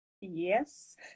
yes